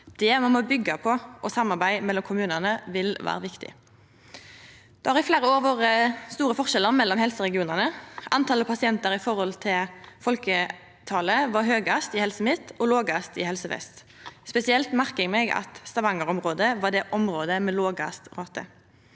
Det må me byggja på, og samarbeid mellom kommunane vil vera viktig. Det har i fleire år vore store forskjellar mellom helseregionane. Antalet pasientar i forhold til folketalet var høgast i Helse Midt-Noreg og lågast i Helse vest. Spesielt merkar eg meg at Stavanger-området var det området med lågast rate.